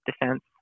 defense